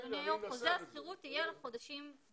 אדוני היושב-ראש חוזה השכירות יהיה לחודשים הרלוונטיים.